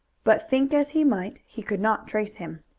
but think as he might he could not trace him.